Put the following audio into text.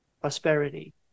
prosperity